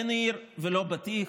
אין עיר ולא בטיח.